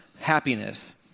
happiness